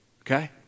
okay